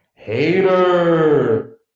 Hater